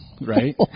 Right